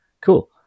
Cool